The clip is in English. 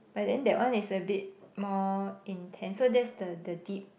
but then that one is a bit more intense so that's the the deep